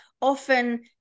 often